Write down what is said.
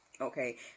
Okay